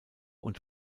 und